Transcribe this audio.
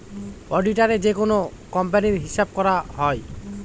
অডিটারে যেকোনো কোম্পানির হিসাব করা হয়